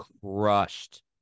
crushed